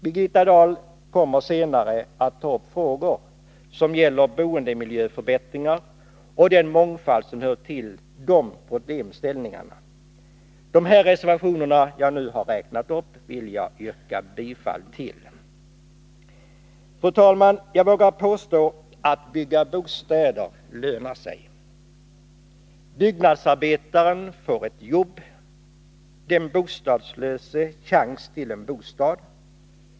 Birgitta Dahl kommer senare att ta upp frågor som gäller boendemiljöförbättringar och den mångfald som hör till de problemställningarna. De reservationer jag nu räknat upp vill jag yrka bifall till. Fru talman! Jag vågar påstå att det lönar sig att bygga bostäder. Byggnadsarbetaren får ett jobb, den bostadslöse chans till bostad.